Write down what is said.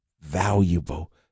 valuable